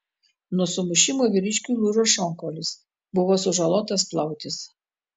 nuo sumušimų vyriškiui lūžo šonkaulis buvo sužalotas plautis